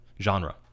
genre